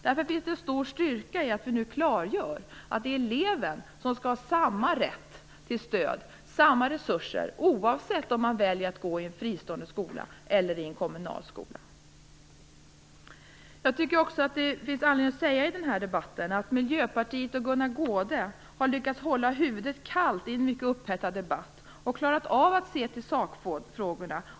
Det finns därför en stor styrka i att vi nu klargör att det är eleven som skall ha samma rätt till stöd och samma resurser oavsett om man väljer att gå i en fristående eller kommunal skola. Det finns också anledning att i den här debatten säga att Miljöpartiet och Gunnar Goude har lyckats hålla huvudet kallt i en mycket upphettad debatt och klarat av att se till sakfrågorna.